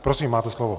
Prosím, máte slovo.